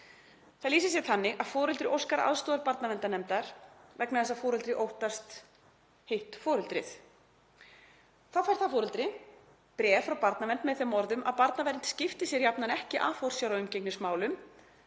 í forsjárdeilu — að foreldri óskar aðstoðar barnaverndarnefndar vegna þess að foreldrið óttast hitt foreldrið. Þá fær það foreldri bréf frá barnavernd með þeim orðum að barnavernd skipti sér jafnan ekki af forsjár- og umgengnismálum,